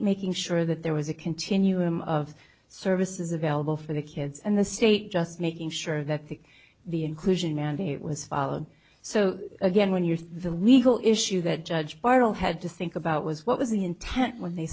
state making sure that there was a continuum of services available for the kids and the state just making sure that the the inclusion mandate was followed so again when you're the legal issue that judge bartol had to think about was what was the intent when they